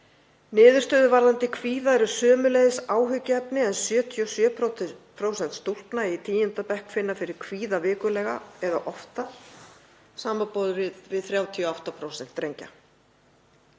Niðurstöður varðandi kvíða eru sömuleiðis áhyggjuefni en 77% stúlkna í tíunda bekk finna fyrir kvíða vikulega eða oftar samanborið við 38% drengja.